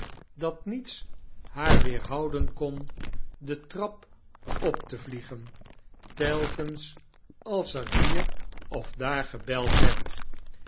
dat niets haar weerhouden kon de trap op te vliegen telkens als er hier of daar gebeld werd